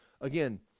Again